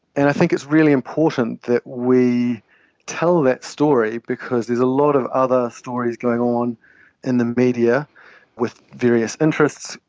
and i think it's really important that we tell that story because there's a lot of other stories going on in the media with various interests,